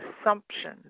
assumption